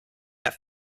that